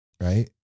right